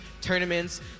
tournaments